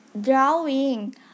drawing